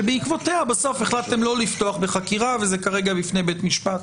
שבעקבותיה בסוף החלטתם לא לפתוח בחקירה וזה כרגע בפני בית משפט,